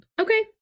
Okay